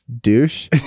douche